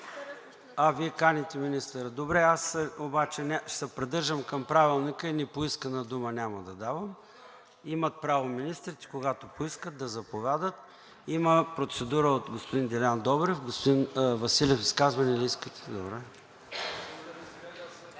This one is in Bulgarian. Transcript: А, Вие каните министъра, аз обаче ще се придържам към Правилника и непоискана дума няма да давам. Имат право министрите – когато поискат, да заповядат. Има процедура от господин Делян Добрев. Господин Василев, изказване ли искате? АСЕН